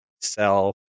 Sell